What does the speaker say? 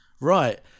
Right